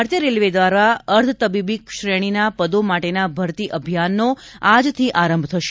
ભારતીય રેલવે દ્વારા અર્ધતબીબી શ્રેણીના પદો માટેના ભરતી અભિયાનનો આજથી આરંભ થશે